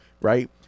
right